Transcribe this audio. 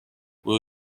will